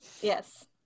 Yes